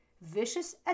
Vicious